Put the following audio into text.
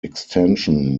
extension